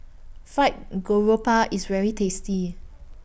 Fried Garoupa IS very tasty